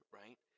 right